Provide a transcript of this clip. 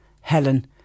Helen